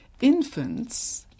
infants